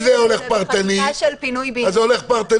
אם זה היה הולך פרטני אז זה הולך פרטני,